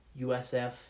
USF